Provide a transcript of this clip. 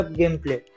gameplay